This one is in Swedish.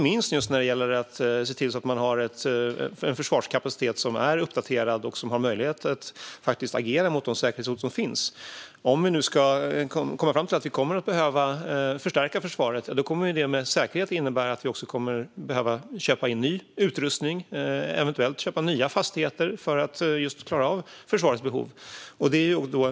Det gäller inte minst för att se till att det finns en försvarskapacitet som är uppdaterad och har möjlighet att agera mot de säkerhetshot som finns. Om vi kommer fram till att vi behöver förstärka försvaret kommer det med säkerhet att innebära att vi behöver köpa in ny utrustning och eventuellt köpa nya fastigheter för att klara av försvarets behov.